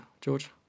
George